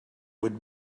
would